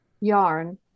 yarn